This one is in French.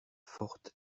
forte